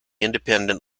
independent